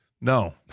No